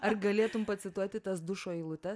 ar galėtum pacituoti tas dušo eilute